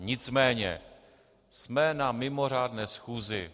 Nicméně jsme na mimořádné schůzi.